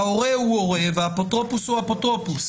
ההורה הוא הורה והאפוטרופוס הוא אפוטרופוס.